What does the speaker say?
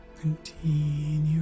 continue